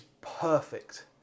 perfect